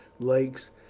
lakes,